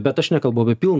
bet aš nekalbu apie pilną